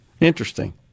Interesting